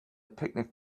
picnic